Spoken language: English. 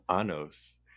Anos